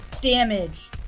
damage